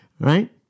Right